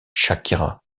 shakira